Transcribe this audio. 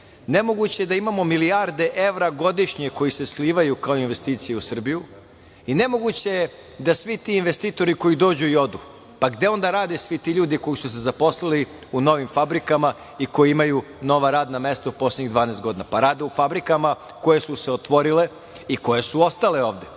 nemoguće da imamo milijarde evra godišnje koje se slivaju kao investicije u Srbiju i nemoguće je da svi ti investitori koji dođu i odu, pa gde onda rade svi ti ljudi koji su se zaposlili u novim fabrikama i koji imaju nova radna mesta u poslednjih 12 godina? Pa, rade u fabrikama koje su se otvorile i koje su ostale ovde.